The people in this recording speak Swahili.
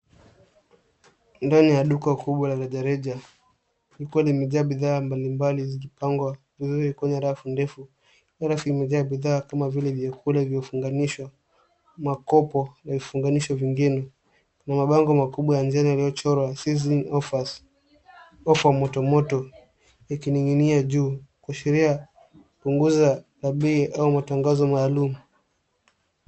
Ndani ya duka kubwa la rejareja, likiwa limejaa bidhaa mbalimbali zikipangwa vizuri kwenye rafu ndefu. Hiyo rafu imejaa bidhaa kama vile vyakula vimefunganishwa, makopo yamefunganishwa vingine na mabango makubwa ya njano yaliyochorwa sizzling offers ofa motomoto, ikining'inia juu kuashiria punguzo la bei au matangazo maalum.